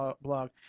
blog